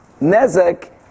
Nezek